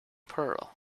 pearl